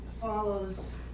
follows